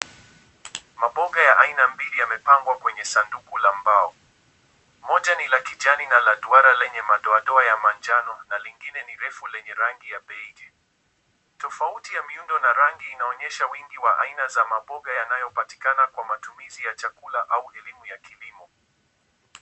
Maboga ya aina mbili yamepangwa kwenye sanduku la mbao. Moja ni la kijani na la duara lenye madoadoa ya manjano na lingine ni refu lenye rangi ya beige . Tofauti ya miundo na rangi inaonyesha wingi wa aina za maboga yanayopatikana kwa matumizi ya chakula au elimu ya kilimo.